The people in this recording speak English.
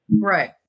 Right